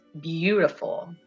beautiful